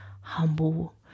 humble